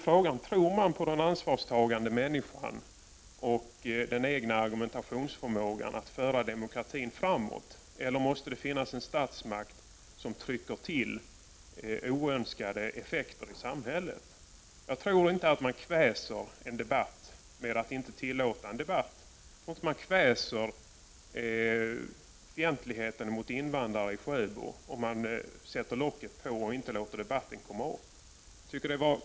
Frågan är: Tror man på den ansvarstagande människan och på den egna förmågan att argumentera för att föra demokratin framåt, eller måste det finnas en statsmakt som trycker ned oönskade effekter i samhället? Jag tror inte att man kväser en debatt genom att inte tillåta den, som när man vill kväsa fientligheten mot invandrare i Sjöbo, sätta locket på och inte låta debatten komma fram.